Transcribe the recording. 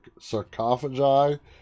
sarcophagi